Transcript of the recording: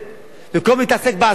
במקום להתעסק בעשייה באמת,